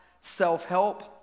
self-help